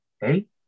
Hey